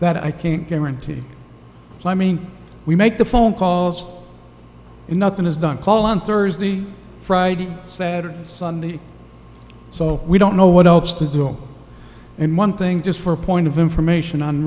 that i can't guarantee climbing we make the phone calls and nothing is done call on thursday friday saturday sunday so we don't know what else to do and one thing just for a point of information on